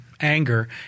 Anger